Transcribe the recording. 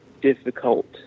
difficult